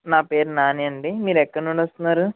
నా పేరు నాని అండి మీరు ఎక్కడి నుండి వస్తున్నారు